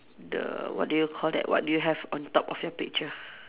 the what do you call that what do you have on top of your picture